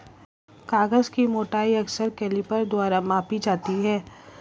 कागज की मोटाई अक्सर कैलीपर द्वारा मापी जाती है